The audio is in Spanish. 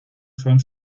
son